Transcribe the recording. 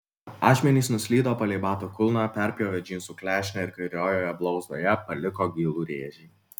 ašmenys nuslydo palei bato kulną perpjovė džinsų klešnę ir kairiojoje blauzdoje paliko gilų rėžį